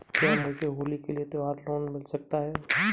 क्या मुझे होली के लिए त्यौहार लोंन मिल सकता है?